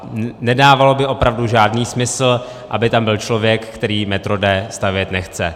Nedávalo by opravdu žádný smysl, aby tam byl člověk, který metro D stavět nechce.